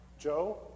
Joe